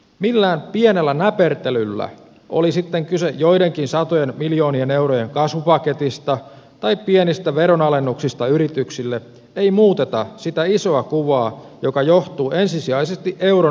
millään pienellä näpertelyllä oli sitten kyse joidenkin satojen miljoonien eurojen kasvupaketista tai pienistä veronalennuksista yrityksille ei muuteta sitä isoa kuvaa joka johtuu ensisijaisesti euron ongelmallisuudesta suomelle